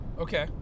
Okay